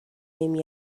نمی